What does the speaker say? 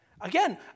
Again